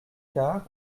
quarts